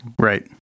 Right